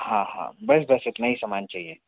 हाँ हाँ बस बस इतना ही सामान चाहिए